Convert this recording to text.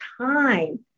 time